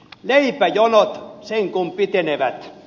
leipäjonot sen kun pitenevät